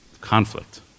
conflict